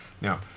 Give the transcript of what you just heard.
Now